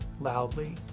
loudly